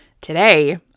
today